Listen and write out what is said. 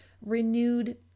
renewed